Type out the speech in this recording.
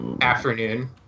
afternoon